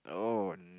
oh